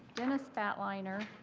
dennis batliner,